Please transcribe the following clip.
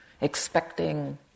expecting